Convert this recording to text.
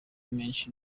menshi